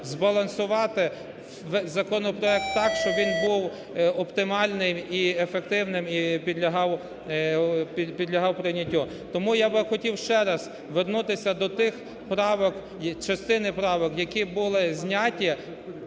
збалансувати законопроект так, щоб він був оптимальним і ефективним, і підлягав прийняттю. Тому я би хотів ще раз вернутися до тих правок, частини правок, які були зняті